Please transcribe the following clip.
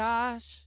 Josh